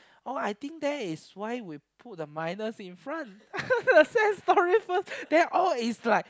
oh I think that is why we put the minus in front sad story first then all is like